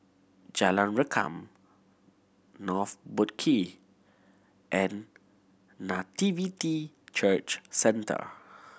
Jalan Rengkam North Boat Quay and Nativity Church Centre